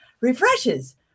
refreshes